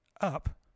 up